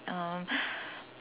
um